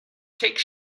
take